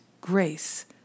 grace